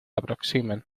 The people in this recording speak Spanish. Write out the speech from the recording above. aproximen